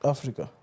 Africa